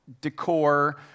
decor